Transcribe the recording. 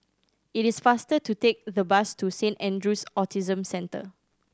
it is faster to take the bus to Saint Andrew's Autism Center